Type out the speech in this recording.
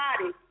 body